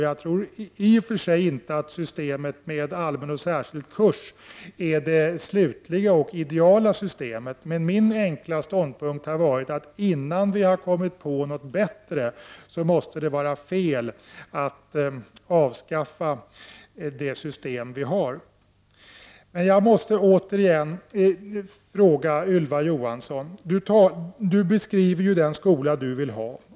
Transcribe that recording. Jag tror i och för sig inte att systemet med allmän och särskild kurs är det slutliga och ideala systemet. Min enkla ståndpunkt har dock varit att innan vi har kommit på något bättre måste det vara fel att avskaffa det system vi har. Ylva Johansson beskriver den skola hon vill ha.